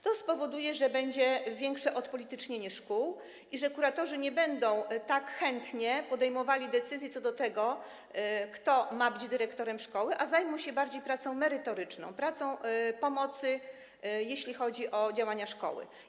To spowoduje, że będzie większe odpolitycznienie szkół i że kuratorzy nie będą tak chętnie podejmowali decyzji co do tego, kto ma być dyrektorem szkoły, a zajmą się bardziej pracą merytoryczną, pomocą, jeśli chodzi o działania szkoły.